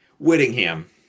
Whittingham